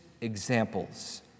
examples